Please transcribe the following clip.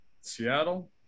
Seattle